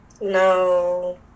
No